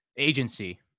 agency